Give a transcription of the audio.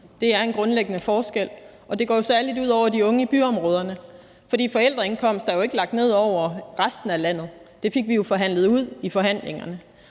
Det er en grundlæggende forskel, og det går særlig ud over de unge i byområderne, for det med forældreindkomst er jo ikke lagt ned over resten af landet. Det fik vi jo forhandlet ud. Derfor kommer